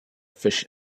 fish